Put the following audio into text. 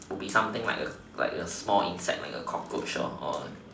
would be something like like a a small insect like a cockroach or